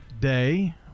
day